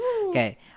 Okay